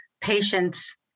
patients